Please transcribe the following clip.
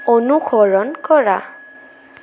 অনুসৰণ কৰা